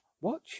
watch